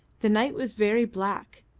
the night was very black,